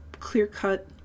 clear-cut